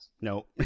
No